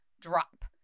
drop